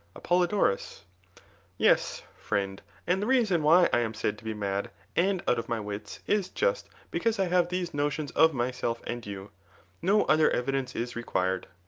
apollodorus yes, friend, and the reason why i am said to be mad, and out of my wits, is just because i have these notions of myself and you no other evidence is required.